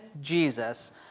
Jesus